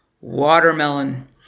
watermelon